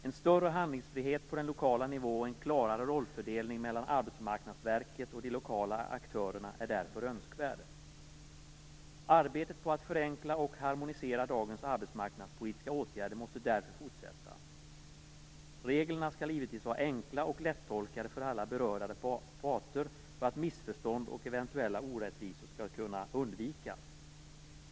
En större handlingsfrihet på den lokala nivån och en klarare rollfördelning mellan AMV och de lokala aktörerna är därför önskvärd. Arbetet på att förenkla och harmonisera dagens arbetsmarknadspolitiska åtgärder måste därför fortsätta. Reglerna skall givetvis vara enkla och lättolkade för alla berörda parter för att missförstånd och eventuella orättvisor skall kunna undvikas.